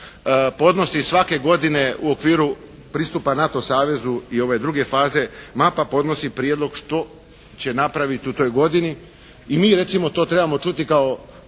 podnosi svake godine u okviru pristupa NATO savezu i ove druge faze, mapa podnosi prijedlog što će napraviti u toj godini i mi recimo to trebamo čuti kao